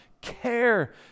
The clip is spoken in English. care